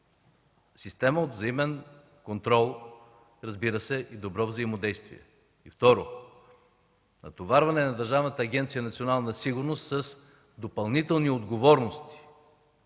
система от взаимен контрол и, разбира се, добро взаимодействие. Второ, натоварване на Държавната агенция „Национална сигурност” с допълнителни отговорности,